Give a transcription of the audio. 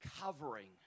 covering